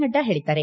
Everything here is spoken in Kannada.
ನಡ್ಡಾ ಹೇಳದ್ದಾರೆ